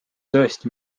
tõesti